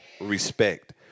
respect